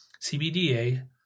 CBDA